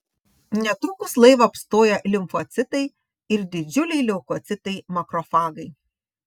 netrukus laivą apstoja limfocitai ir didžiuliai leukocitai makrofagai